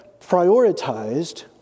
prioritized